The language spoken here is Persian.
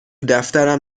دفترم